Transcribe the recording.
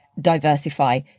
diversify